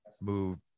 move